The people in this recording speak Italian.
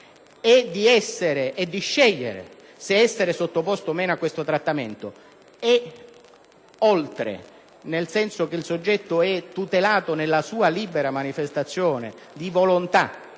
e di scegliere se essere sottoposto o meno a questo trattamento e oltre, nel senso che il soggetto è tutelato nella sua libera manifestazione di volontà